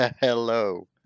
Hello